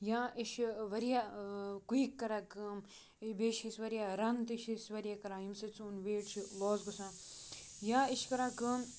یا أسۍ چھِ واریاہ کُیِک کَران کٲم بیٚیہِ چھِ أسۍ واریاہ رَن تہِ چھِ أسۍ واریاہ کَران ییٚمہِ سۭتۍ سون ویٹ چھُ لاس گژھان یا أسۍ چھِ کَران کٲم